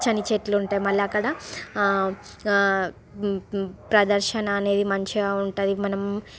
ఇది పచ్చని చెట్లు ఉంటాయి మళ్ళా అక్కడ ప్రదర్శన అనేది మంచిగా ఉంటుంది మనం